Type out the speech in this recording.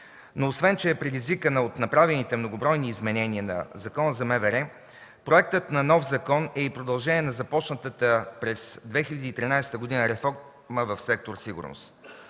Освен че е предизвикан от направените многобройни изменения на Закона за МВР, проектът на нов закон е и продължение на започната през 2013 г. реформа в сектор „Сигурност”.